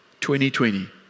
2020